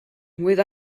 with